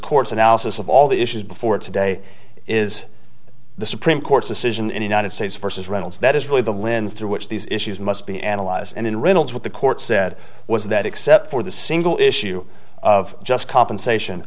court's analysis of all the issues before today is the supreme court's decision in the united states versus reynolds that is really the lens through which these issues must be analyzed and in riddles what the court said was that except for the single issue of just compensation